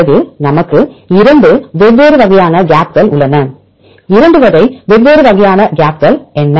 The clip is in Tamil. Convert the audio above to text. பிறகு நமக்கு இரண்டு வெவ்வேறு வகையான கேப்கள் உள்ளன இரண்டு வகை வெவ்வேறு வகையான கேப்கள் என்ன